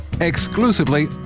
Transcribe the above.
exclusively